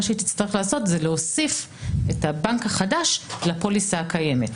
מה שהיא תצטרך לעשות זה להוסיף את הבנק החדש לפוליסה הקיימת.